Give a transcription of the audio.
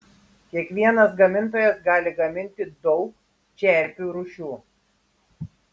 kiekvienas gamintojas gali gaminti daug čerpių rūšių